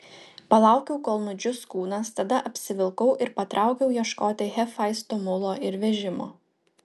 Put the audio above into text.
palaukiau kol nudžius kūnas tada apsivilkau ir patraukiau ieškoti hefaisto mulo ir vežimo